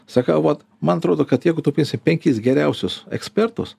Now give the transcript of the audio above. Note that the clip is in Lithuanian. sakau vat man atrodo kad jeigu tu penkis geriausius ekspertus